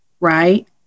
right